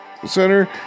center